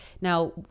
now